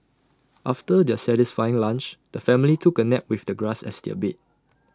after their satisfying lunch the family took A nap with the grass as their bed